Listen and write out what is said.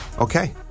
Okay